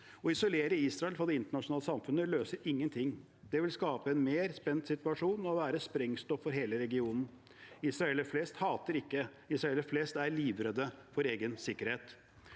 Å isolere Israel fra det internasjonale samfunnet løser ingenting. Det vil skape en mer spent situasjon og være sprengstoff for hele regionen. Israelere flest hater ikke, israelere flest er livredde for egen sikkerhet.